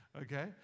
Okay